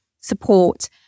support